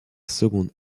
seconde